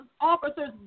officers